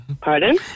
Pardon